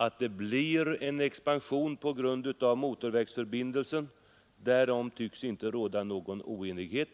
Att det blir en expansion på grund av motorvägsförbindelsen — därom tycks inte råda någon oenighet.